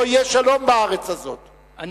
לא יהיה שלום בארץ הזאת,